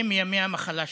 מימי המחלה שלהם.